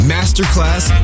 Masterclass